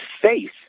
face